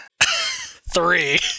Three